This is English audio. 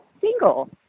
single